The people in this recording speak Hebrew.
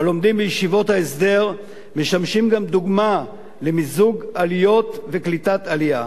"הלומדים בישיבות ההסדר משמשים גם דוגמה למיזוג עליות וקליטת עלייה.